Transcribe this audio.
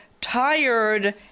tired